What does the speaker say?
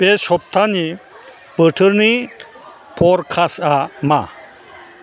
बे सबथानि बोथोरनि फरकास्टआ मा